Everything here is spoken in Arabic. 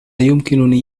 يمكنني